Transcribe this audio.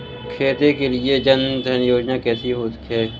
खेती के लिए जन धन योजना कैसी है?